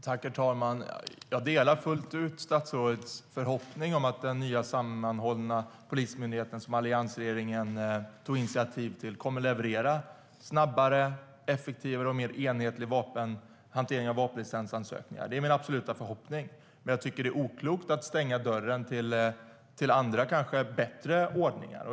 Herr talman! Jag delar fullt ut statsrådets förhoppning att den nya sammanhållna Polismyndigheten, som alliansregeringen tog initiativ till, ska leverera snabbare och effektivare och ha en mer enhetlig hantering av vapenlicensansökningarna. Det är min absoluta förhoppning, men jag tycker att det är oklokt att stänga dörren till andra, kanske bättre, ordningar.